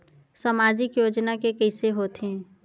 सामाजिक योजना के कइसे होथे?